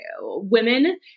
women